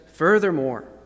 Furthermore